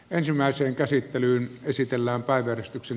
ensimmäiseen käsittelyyn esitellään päivystyksen